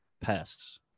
pests